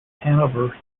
hanover